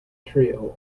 trio